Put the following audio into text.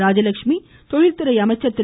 ராஜலட்சுமி தொழில்துறை அமைச்சர் திரு